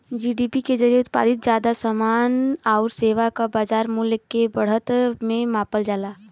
GDP के जरिये उत्पादित जादा समान आउर सेवा क बाजार मूल्य में बढ़त के मापल जाला